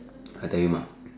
I tell him lah